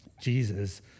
Jesus